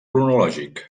cronològic